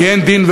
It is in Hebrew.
כי אין דין,